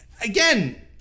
again